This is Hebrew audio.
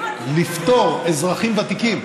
לפטור אזרחים ותיקים,